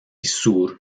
sur